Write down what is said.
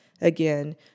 again